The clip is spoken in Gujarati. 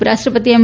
ઉપરાષ્ટ્રપતિ એમ